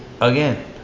Again